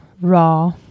raw